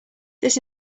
this